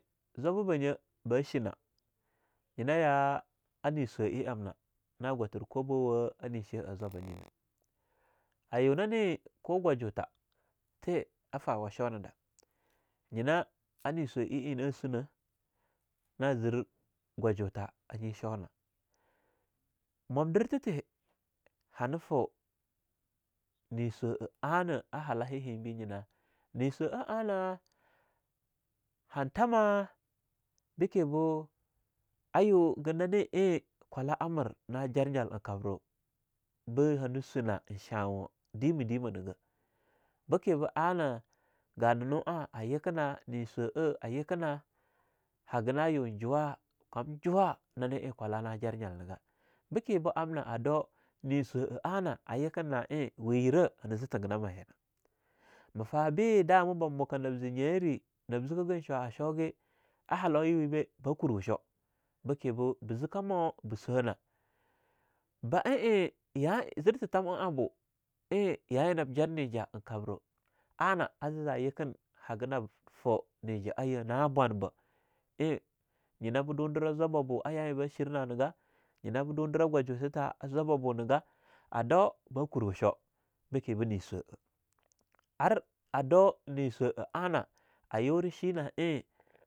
Zwabah banye ba shinah nyenah ya'a ne swa'a ee amna na gwatir kwabahwa a nisha'a zwab ba nyinah. A yu nanee ko gwajotha tee a fawa shoo da, nyina a ne swa'a eing na sunaha na zir gwajotha anyi shoo nah. Mumdirtha tee hana foo nee swa'a anah, ah halahha henbe nyina, nee swa'a ana han thamah, beke boo ayuga nane eing kwala'a mir na jar nyal nkabra bo hana suna eing shwahnigah demah-demah nah gah, bekebo anah ganahnu'a yikenah, nee swa'a a yekinah. Haga nah yun juwa, kam juwa nane eing kwahla jar nyal nigah, be ke boo amna a doo ne swa'a anah ayiken nah eing we yerah hana zee tigenah mayena. Ma fah be dama ban mukah nab zee nyere, nab zikegin shwa'a shoo ge, a halauwa we bah, ba kurwa shoo. Beke boo ba zikahmau ba swa nah. ba'a eing ya'a eing zir titham'a ahnbo ya eing nab jarnijah a eing kabrah, anah aziza yiken haga nab f..fah nija'a yeh na bonbah eing nyinah ba dundirah zwababbabu a ya eing bah shir na nigah, nyinah dundirah gwajuthatha a zwabbah bo niga a dau ba kurwa shoo bekebo ne swah ah. Ar a dau ne swah'a ana ayura shina eing...